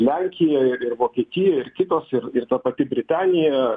lenkijoj ir vokietijoj ir kitos ir ir ta pati britanija